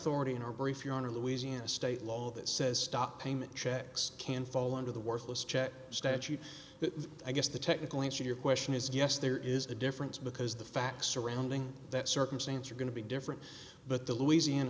authority in our brief your honor louisiana state law that says stop payment checks can fall under the worthless check statute that i guess the technical answer your question is yes there is a difference because the facts surrounding that circumstance are going to be different but the louisiana